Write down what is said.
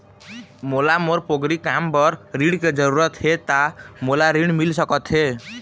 मोला मोर पोगरी काम बर ऋण के जरूरत हे ता मोला ऋण मिल सकत हे?